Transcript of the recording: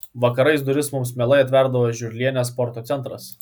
vakarais duris mums mielai atverdavo žiurlienės sporto centras